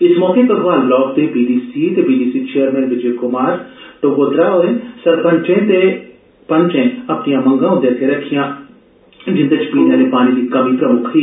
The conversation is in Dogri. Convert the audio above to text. इस मौके घग्वाल ब्लाक दे बीडीसी ते बीडीसी चेयरगैन विजय कुमार टगोत्रा सरपंचे ते पंचै अपनियां मंगा उन्दे अग्गै रक्खियां जिन्दे च पीने आह ले पानी दी कमी प्रमुक्ख ही